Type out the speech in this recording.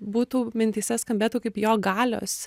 būtų mintyse skambėtų kaip jo galios